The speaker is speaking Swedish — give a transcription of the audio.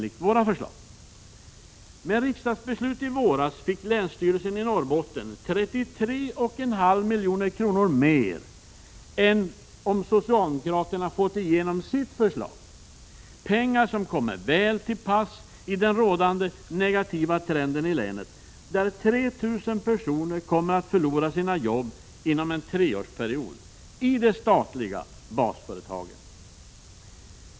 I och med riksdagsbeslutet i våras fick länsstyrelsen i Norrbotten 33,5 milj.kr. mer än om socialdemokraterna fått igenom sitt förslag. Det är pengar som kommer väl till pass i den rådande negativa trenden i länet, där 3 000 personer kommer att förlora sina jobb inom en treårsperiod — i de statliga basföretagen.